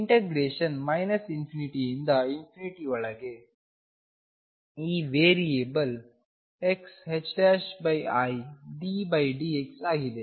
integration ∞ ರಿಂದ ನ ಒಳಗೆ ಈ ವೇರಿಯೇಬಲ್ xiddx ಆಗಿದೆ